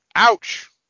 Ouch